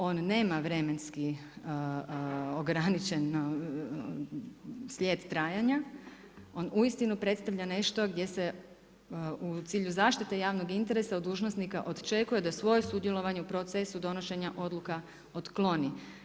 On nema vremenski ograničen slijed trajanja, on uistinu predstavlja nešto gdje se u cilju zaštite javnog interesa od dužnosnika očekuje da svoje sudjelovanje u procesu donošenja odluka otkloni.